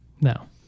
No